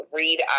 read